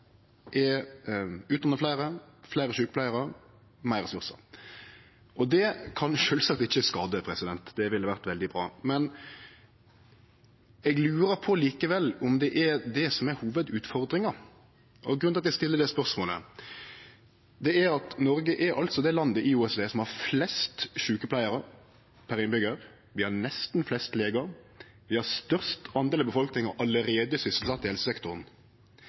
er å utdanne fleire, fleire sjukepleiarar, meir ressursar. Det kan sjølvsagt ikkje skade, det ville vore veldig bra. Men eg lurer likevel på om det er det som er hovudutfordringa. Grunnen til at eg stiller det spørsmålet er at Noreg er det landet i OECD som har flest sjukepleiarar per innbyggjar, vi har nesten flest legar, vi har allereie størst del av befolkninga sysselsett i helsesektoren,